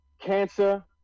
Cancer